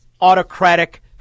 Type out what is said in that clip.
autocratic